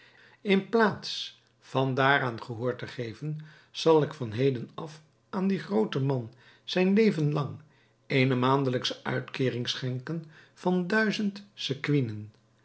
in plaats van daaraan gehoor te geven zal ik van heden af aan dien grooten man zijn leven lang eene maandelijksche uitkeering schenken van duizend